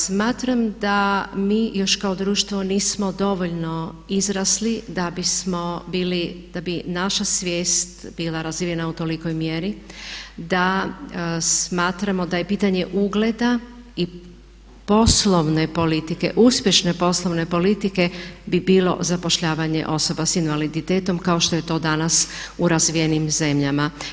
Smatram da mi još kao društvo nismo dovoljno izrasli da bismo bili, da bi naša svijest bila razvijena u tolikoj mjeri da smatramo da je pitanje ugleda i poslovne politike, uspješne poslovne politike bi bilo zapošljavanje osoba s invaliditetom kao što je to danas u razvijenim zemljama.